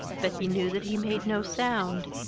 but he knew that he made no sound.